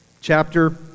chapter